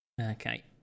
Okay